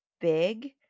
big